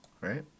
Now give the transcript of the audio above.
right